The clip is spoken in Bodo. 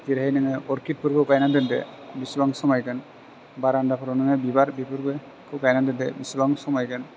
जेरैहाइ नोङो अरकितफोरखौ गायनानै दोनदो बेसेबां समायगोन बारेन्दाफोराव नोङो बिबार बेफोरबो गायना दोनदो बेसेबां समायगोन